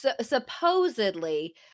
supposedly